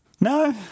No